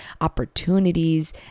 opportunities